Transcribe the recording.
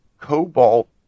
Cobalt